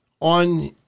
On